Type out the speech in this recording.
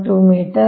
2 metre